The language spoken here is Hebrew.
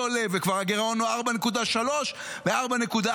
עולה וכבר הגירעון הוא 4.3% ו-4.4%.